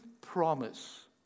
promise